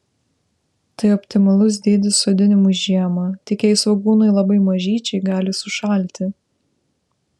tai optimalus dydis sodinimui žiemą tik jei svogūnai labai mažyčiai gali sušalti